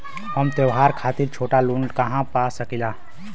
हम त्योहार खातिर छोटा लोन कहा पा सकिला?